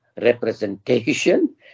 representation